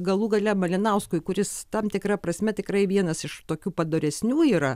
galų gale malinauskui kuris tam tikra prasme tikrai vienas iš tokių padoresnių yra